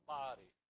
body